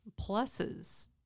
pluses